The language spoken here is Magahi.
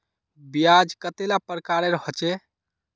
ब्याज कतेला प्रकारेर होचे?